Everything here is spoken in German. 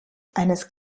eines